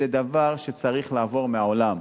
זה דבר שצריך לעבור מהעולם.